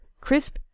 crisp